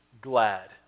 glad